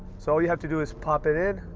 so you have to do is pop it in,